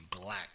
Black